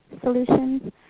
solutions